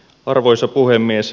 arvoisa puhemies